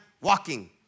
walking